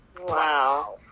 wow